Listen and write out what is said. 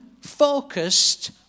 focused